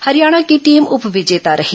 हरियाणा की टीम उप विजेता रही